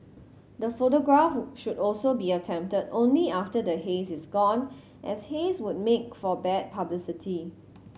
the photograph should also be attempted only after the haze is gone as haze would make for bad publicity